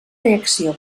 reacció